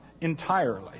entirely